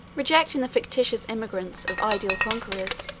rejecting the fictitious emigrations of ideal conquerors,